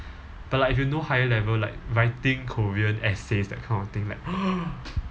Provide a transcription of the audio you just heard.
but like if you know higher level like writing korean essays that kind of thing like